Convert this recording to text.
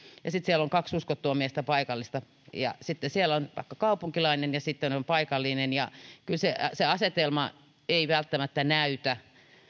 ja sitten siellä on kaksi paikallista uskottua miestä ja sitten siellä on vaikka kaupunkilainen ja sitten on paikallinen ja se asetelma ei kyllä välttämättä näytä